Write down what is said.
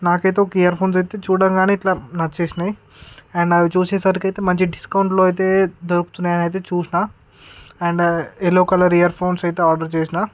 నాకు అయితే ఒక ఇయర్ఫోన్స్ అయితే ఇట్లా చూడగానే నచ్చేసినాయి అండ్ అవి చూసేసరికి అయితే మంచి డిస్కౌంట్లో అయితే దొరుకుతున్నాయి అని అయితే చూసినా అండ్ ఎల్లో కలర్ ఇయర్ఫోన్స్ అయితే ఆర్డర్ చేసినా